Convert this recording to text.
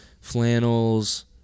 flannels